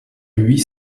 huit